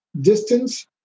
Distance